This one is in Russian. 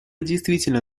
действительно